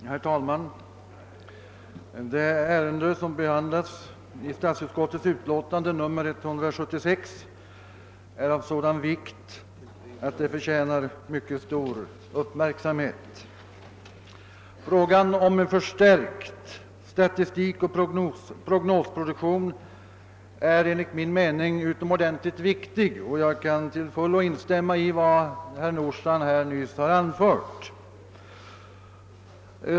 Herr talman! Det ärende som behandlas i statsutskottets utlåtande nr 176 är av sådan vikt att det förtjänar stor uppmärksamhet. Frågan om en förstärkt statistikoch prognosproduktion är enligt min mening utomordentligt viktig, och jag kan till fullo instämma i vad herr Nordstrandh nyss anförde.